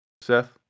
Seth